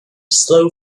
slow